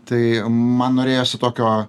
tai man norėjosi tokio